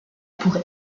pour